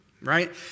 right